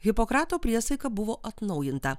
hipokrato priesaika buvo atnaujinta